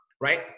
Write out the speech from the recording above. right